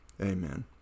Amen